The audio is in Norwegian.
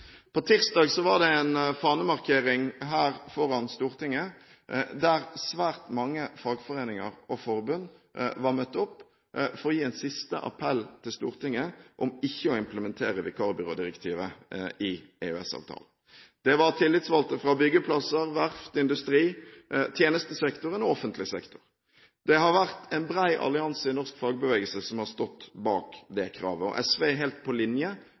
På tirsdag var det en fanemarkering foran Stortinget der svært mange fagforeninger og -forbund var møtt opp for å gi en siste appell til Stortinget om ikke å implementere vikarbyrådirektivet i EØS-avtalen. Det var tillitsvalgte fra byggeplasser, verftsindustri, tjenestesektoren og offentlig sektor. En bred allianse i norsk fagbevegelse har stått bak det kravet, og SV er helt på linje